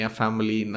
family